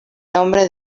nombre